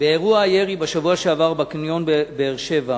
באירוע הירי בשבוע שעבר בקניון באר-שבע,